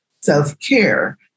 self-care